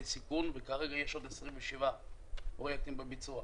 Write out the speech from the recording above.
סיכון וכרגע יש עוד 27 פרויקטים בביצוע.